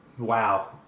wow